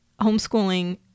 homeschooling